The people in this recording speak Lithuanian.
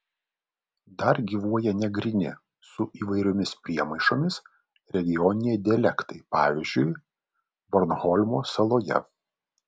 dar gyvuoja negryni su įvairiomis priemaišomis regioniniai dialektai pavyzdžiui bornholmo saloje